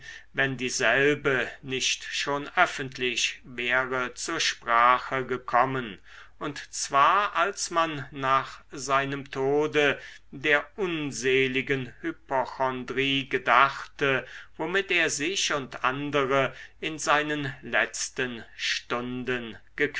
wenn dieselbe nicht schon öffentlich wäre zur sprache gekommen und zwar als man nach seinem tode der unseligen hypochondrie gedachte womit er sich und andere in seinen letzten stunden